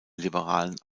liberalen